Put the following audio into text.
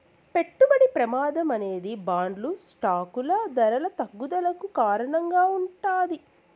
పెట్టుబడి ప్రమాదం అనేది బాండ్లు స్టాకులు ధరల తగ్గుదలకు కారణంగా ఉంటాది